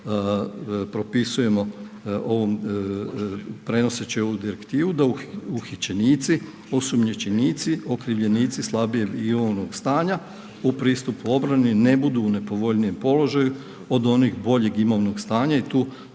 propisujemo prenoseći ovu direktivu da uhićenici, osumnjičenici, okrivljenici slabijeg imovnog stanja u pristupu obrani ne budu u nepovoljnijem položaju od onih boljeg imovnog stanja i tu